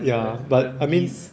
ya but I mean